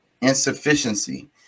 insufficiency